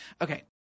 Okay